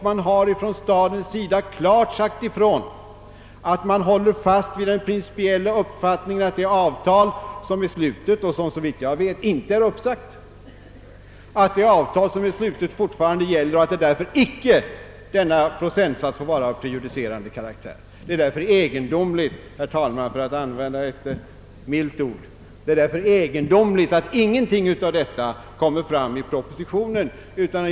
Man har ifrån stadens sida sagt ifrån, att man håller fast vid den principiella uppfattningen att det avtal som tidigare slöts och, såvitt jag vet, inte är uppsagt fortfarande gäller. Denna procentsats får följaktligen icke vara prejudicerande. Det är därför egendomligt — för att använda ett milt ord — att ingenting av detta kommer fram i propositionen.